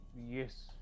yes